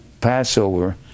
Passover